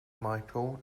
micheal